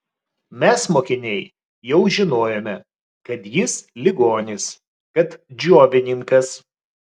mes mokiniai jau žinojome kad jis ligonis kad džiovininkas